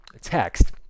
text